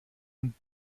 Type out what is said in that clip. und